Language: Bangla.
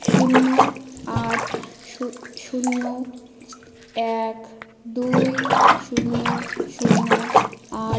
শূন্য আট শূন্য এক দুই শূন্য শূন্য আট